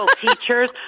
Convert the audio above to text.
teachers